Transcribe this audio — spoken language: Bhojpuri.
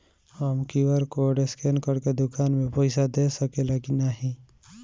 हम क्यू.आर कोड स्कैन करके दुकान में पईसा दे सकेला की नाहीं?